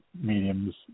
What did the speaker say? mediums